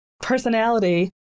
personality